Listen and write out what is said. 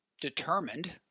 determined